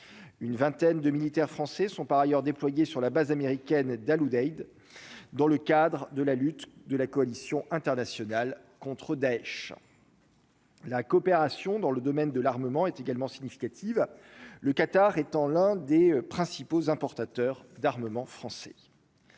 une vingtaine de militaires français sont par ailleurs déployés sur la base américaine d'Al-Udeid, dans le cadre de la lutte de la coalition internationale contre Daech. La coopération dans le domaine de l'armement est également significative le Qatar étant l'un des principaux importateurs d'armement français.